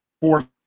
fourth